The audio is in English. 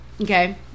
Okay